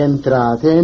Entrate